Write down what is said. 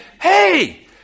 hey